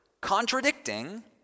contradicting